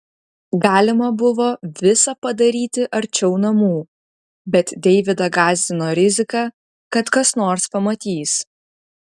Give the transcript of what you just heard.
galima buvo visa padaryti arčiau namų bet deividą gąsdino rizika kad kas nors pamatys